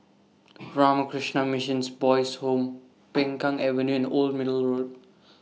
Ramakrishna Missions Boys' Home Peng Kang Avenue and Old Middle Road